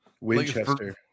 winchester